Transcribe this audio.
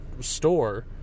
store